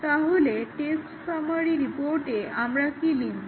তাহলে test summary রিপোর্টে আমরা কি লিখবো